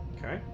Okay